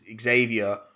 Xavier